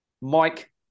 Mike